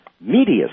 media